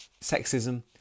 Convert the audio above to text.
sexism